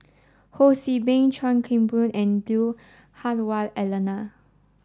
Ho See Beng Chuan Keng Boon and Lui Hah Wah Elena